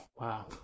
Wow